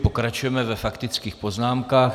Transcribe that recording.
Pokračujeme ve faktických poznámkách.